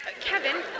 Kevin